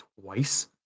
twice